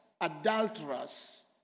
adulterers